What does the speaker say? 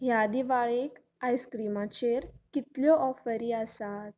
ह्या दिवाळेक आइस्क्रीमाचेर कितल्यो ऑफरी आसात